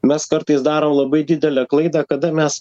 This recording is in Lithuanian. mes kartais darom labai didelę klaidą kada mes